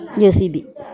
JCB